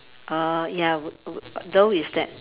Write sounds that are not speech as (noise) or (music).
uh ya (noise) though is that